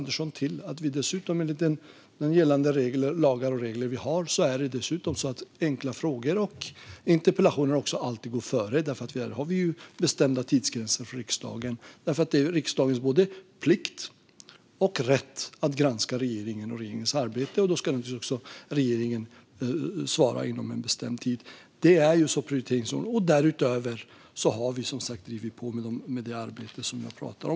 Enligt de gällande lagar och regler vi har går dessutom enkla frågor och interpellationer alltid före - det känner Tobias Andersson till. Där finns bestämda tidsgränser. Det är riksdagens både plikt och rätt att granska regeringen och regeringens arbete. Då ska regeringen naturligtvis också svara inom bestämd tid. Det är prioriteringsordningen. Därutöver har vi som sagt drivit på det arbete som jag pratar om.